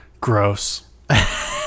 Gross